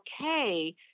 okay